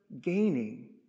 gaining